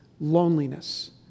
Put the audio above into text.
loneliness